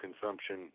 consumption